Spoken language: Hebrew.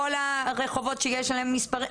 כל הרחובות שיש עליהם מספר,